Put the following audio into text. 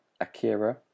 Akira